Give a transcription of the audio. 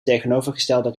tegenovergestelde